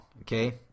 okay